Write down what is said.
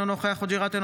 אינו נוכח יאסר חוג'יראת,